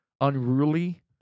unruly